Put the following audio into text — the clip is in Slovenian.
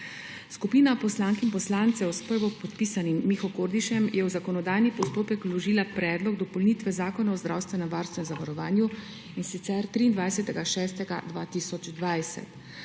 Skupina poslank in poslancev s prvopodpisanim Miho Kordišem je v zakonodajni postopek vložila predlog dopolnitve Zakona o zdravstvenem varstvu in zdravstvenem zavarovanju, in sicer 23. 6. 2020.